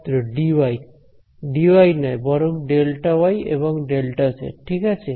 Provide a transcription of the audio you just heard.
ছাত্র d y dy নয় বরং Δy এবং Δz ঠিক আছে